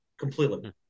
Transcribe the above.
completely